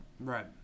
Right